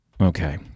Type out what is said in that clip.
Okay